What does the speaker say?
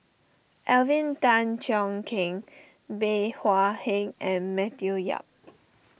Alvin Tan Cheong Kheng Bey Hua Heng and Matthew Yap